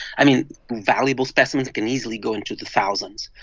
i mean, valuable specimens can easily go into the thousands.